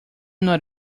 not